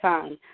Time